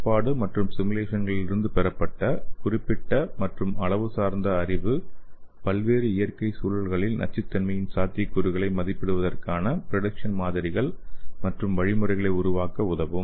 கோட்பாடு மற்றும் சிமுலேசன்களிலிருந்து பெறப்பட்ட குறிப்பிட்ட மற்றும் அளவுசார்ந்த அறிவு பல்வேறு இயற்கை சூழல்களில் நச்சுத்தன்மையின் சாத்தியக்கூறுகளை மதிப்பிடுவதற்கான ப்ரிடிக்சன் மாதிரிகள் மற்றும் வழிமுறைகளை உருவாக்க உதவும்